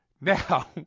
now